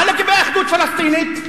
מה לגבי אחדות פלסטינית?